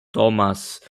thomas